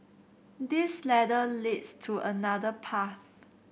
this ladder leads to another path